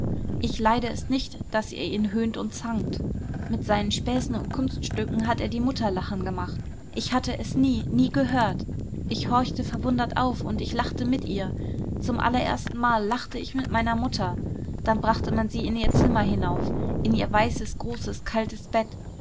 ich leide es nicht daß ihr ihn höhnt und zankt mit seinen späßen und kunststücken hat er die mutter lachen gemacht ich hatte es nie nie gehört ich horchte verwundert auf und ich lachte mit ihr zum allererstenmal lachte ich mit meiner mutter dann brachte man sie in ihr zimmer hinauf in ihr weißes großes kaltes bett